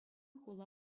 хула